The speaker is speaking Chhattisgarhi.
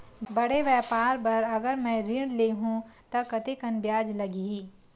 बड़े व्यापार बर अगर मैं ऋण ले हू त कतेकन ब्याज लगही?